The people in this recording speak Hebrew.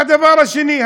והדבר השני,